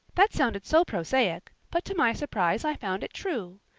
that sounded so prosaic but to my surprise i found it true.